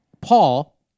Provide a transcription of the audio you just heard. Paul